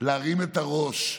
להרים את הראש,